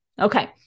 Okay